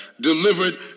delivered